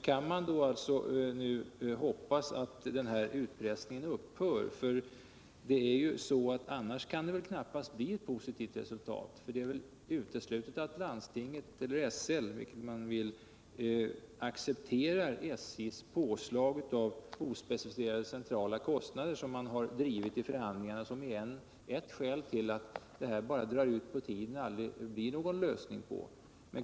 Kan man hoppas att den utpressningen upphör? Annars kan det knappast bli ett positivt resultat, eftersom det väl är uteslutet att SL accepterar SJ:s påslag av ospecificerade centrala kostnader. SJ:s ståndpunkt är ju ett skäl till att det hela drar ut på tiden och aldrig blir löst.